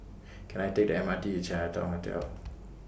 Can I Take The M R T to Chinatown Hotel